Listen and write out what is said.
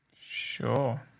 Sure